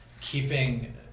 keeping